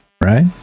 Right